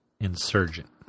Insurgent